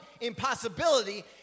impossibility